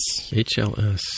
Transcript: HLS